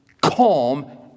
calm